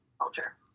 culture